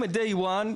מ-Day One,